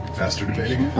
master debating?